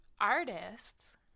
artists